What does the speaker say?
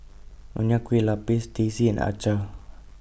Nonya Kueh Lapis Teh C and Acar